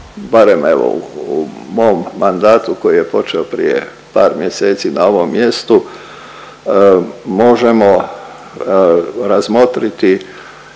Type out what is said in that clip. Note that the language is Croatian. barem evo u mom mandatu koji je počeo prije par mjeseci na ovom mjestu, možemo razmotriti